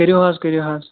کٔرِو حظ کٔرِو حظ